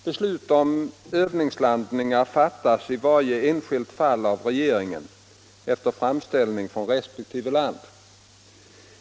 Beslut om övningslandningar fattas i varje enskilt fall av regeringen efter framställning från resp. land.